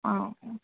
ఆ